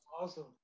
Awesome